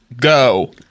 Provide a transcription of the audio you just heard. Go